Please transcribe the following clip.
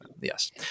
yes